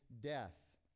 death